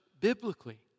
biblically